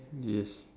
yes